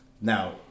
Now